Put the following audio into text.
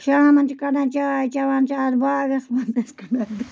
شامَن چھِ کَڑان چاے چٮ۪وان چھِ اَتھ باغَس منٛز